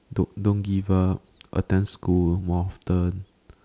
don't don't give up attend school more often